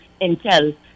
intel